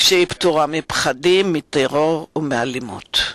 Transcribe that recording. כשהיא פטורה מפחדים, מטרור ומאלימות.